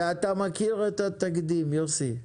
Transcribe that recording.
ואתה מכיר את התקדים יוסי?